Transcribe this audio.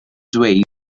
dweud